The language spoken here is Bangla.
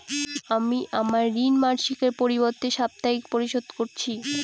আমি আমার ঋণ মাসিকের পরিবর্তে সাপ্তাহিক পরিশোধ করছি